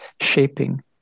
shaping